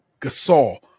Gasol